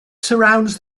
surrounds